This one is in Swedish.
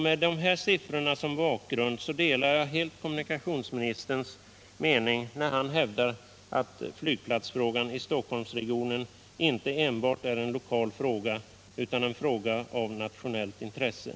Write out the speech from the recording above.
Med dessa siffror som bakgrund delar Nr 53 jag fullt ut kommunikationsministerns mening när han hävdar att flyg Torsdagen den platsfrågan i Stockholmsregionen inte enbart är en lokal fråga utan en 15 december 1977 fråga av nationellt intresse.